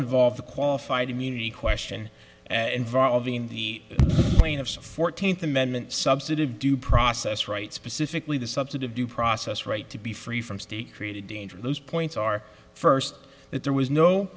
involve the qualified immunity question involving the plaintiff's fourteenth amendment substantive due process rights specifically the substantive due process right to be free from state created danger those points are first that there was no